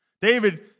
David